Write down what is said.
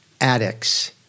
addicts